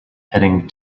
heading